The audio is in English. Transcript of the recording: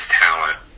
talent